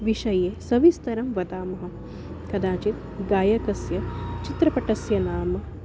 विषये सविस्तरं वदामः कदाचित् गायकस्य चित्रपटस्य नाम